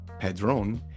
Pedron